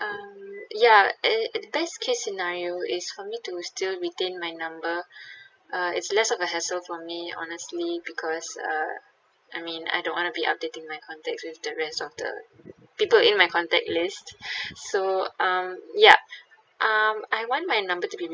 um ya in best case scenario is for me to still retain my number uh it's less of a hassle for me honestly because uh I mean I don't want to be updating my contacts with the rest of the people in my contact list so um ya um I want my number to be